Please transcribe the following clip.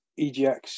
egx